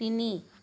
তিনি